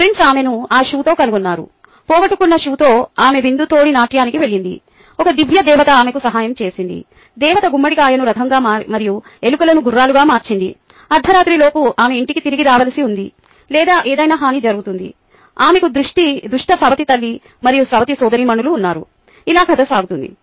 prince ఆమెను ఆ షూతో కనుగొన్నారు పోగొట్టుకున్న షూతో ఆమె విందుతోడినాట్యానికి వెళ్ళింది ఒక దివ్య దేవత ఆమెకు సహాయం చేసింది దేవత గుమ్మడికాయను రథంగా మరియు ఎలుకలను గుర్రాలుగా మార్చింది అర్ధరాత్రి లోపు ఆమె ఇంటికి తిరిగి రావలసి ఉంది లేదా ఏదైనా హాని జరుగుతుంది ఆమెకు దుష్ట సవతి తల్లి మరియు సవతి సోదరీమణులు ఉన్నారు ఇలా కధ సాగుతుంది